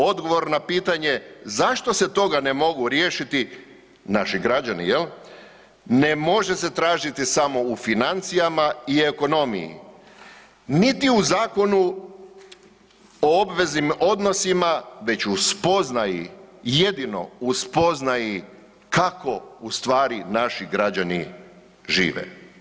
Odgovor na pitanje zašto se toga ne mogu riješiti, naši građani jel, ne može se tražiti samo u financijama i ekonomiji, niti u Zakonu o obveznim odnosima već u spoznaji jedino u spoznaji kako u stvari naši građani žive.